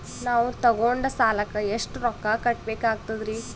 ನಾವು ತೊಗೊಂಡ ಸಾಲಕ್ಕ ಎಷ್ಟು ರೊಕ್ಕ ಕಟ್ಟಬೇಕಾಗ್ತದ್ರೀ?